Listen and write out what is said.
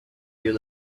your